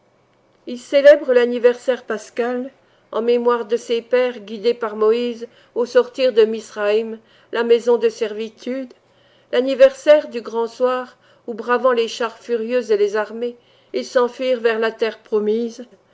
il célèbre l'anniversaire pascal en mémoire de ses pères guidés par moïse au sortir de misraïm la maison de servitude l'anniversaire du grand soir où bravant les chars furieux et les armées ils s'enfuirent vers la terre promise